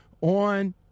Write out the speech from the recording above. on